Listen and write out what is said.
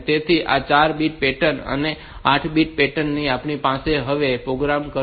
તેથી આ 4 bit pattern છે અને 8 બીટ પેટર્ન જે આપણી પાસે છે તેને હવે પ્રોગ્રામ કરશે